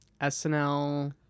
SNL-